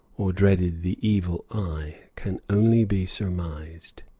or dreaded the evil eye, can only be surmised.